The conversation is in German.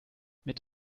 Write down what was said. mit